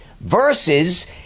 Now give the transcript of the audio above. versus